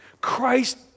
Christ